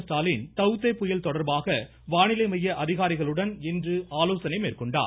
ஸ்டாலின் டவ் தே புயல் தொடர்பாக வானிலை மைய அதிகாரிகளுடன் இன்று ஆலோசனை மேற்கொண்டார்